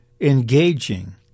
engaging